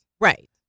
Right